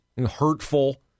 hurtful